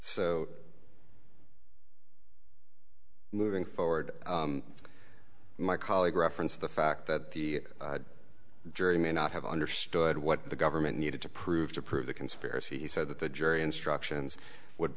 so moving forward my colleague referenced the fact that the jury may not have understood what the government needed to prove to prove the conspiracy he said that the jury instructions would